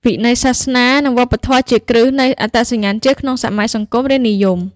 វិស័យសាសនា និងវប្បធម៌ជាគ្រឹះនៃអត្តសញ្ញាណជាតិក្នុងសម័យសង្គមរាស្ត្រនិយម។